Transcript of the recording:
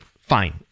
fine